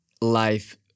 life